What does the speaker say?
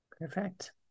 Perfect